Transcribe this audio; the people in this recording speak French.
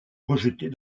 rejetées